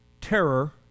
terror